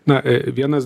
na a vienas